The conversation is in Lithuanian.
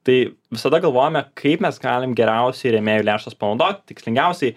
tai visada galvojome kaip mes galim geriausiai rėmėjų lėšas panaudot tikslingiausiai